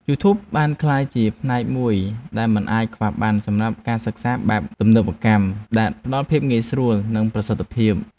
យូធូបបានក្លាយជាផ្នែកមួយដែលមិនអាចខ្វះបានសម្រាប់ការសិក្សាបែបទំនើបកម្មដែលផ្តល់ភាពងាយស្រួល និងប្រសិទ្ធភាព។